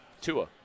Tua